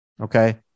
Okay